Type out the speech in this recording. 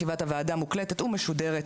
ישיבת הוועדה מוקלטת ומשודרת,